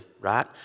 right